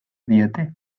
diete